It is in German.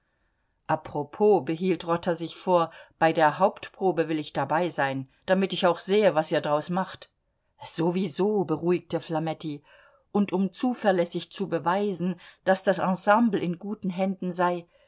apropos behielt rotter sich vor bei der hauptprobe will ich dabei sein damit ich auch sehe was ihr draus macht sowieso beruhigte flametti und um zuverlässig zu beweisen daß das ensemble in guten händen sei